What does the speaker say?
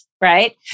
right